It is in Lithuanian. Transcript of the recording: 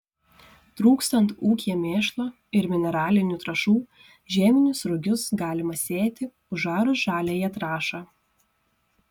trūkstant ūkyje mėšlo ir mineralinių trąšų žieminius rugius galima sėti užarus žaliąją trąšą